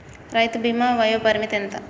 రైతు బీమా వయోపరిమితి ఎంత?